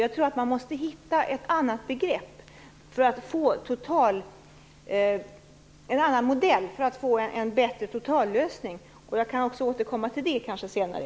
Jag tror att man måste hitta ett annat begrepp, en annan modell, för att få en bättre totallösning. Jag kan återkomma till det senare.